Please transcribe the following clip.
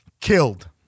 killed